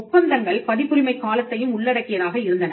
ஒப்பந்தங்கள் பதிப்புரிமை காலத்தையும் உள்ளடக்கியதாக இருந்தன